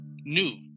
new